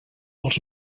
els